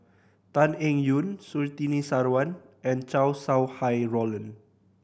Tan Eng Yoon Surtini Sarwan and Chow Sau Hai Roland